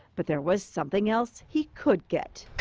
but there was something else he could get.